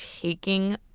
taking